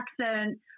accent